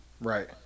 Right